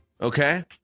okay